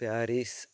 Paris